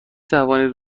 توانید